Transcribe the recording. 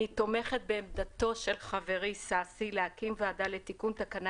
אני תומכת בעמדתו של חברי ששי להקים ועדה לתיקון תקנה